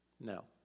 no